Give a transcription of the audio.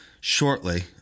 shortly